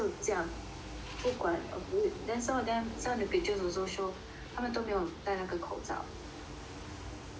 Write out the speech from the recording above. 不管 okay then some of them some of the pictures also show 他们都没有带那个口罩 so